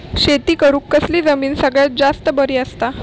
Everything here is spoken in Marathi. शेती करुक कसली जमीन सगळ्यात जास्त बरी असता?